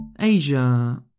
Asia